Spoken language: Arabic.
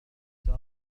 أكثر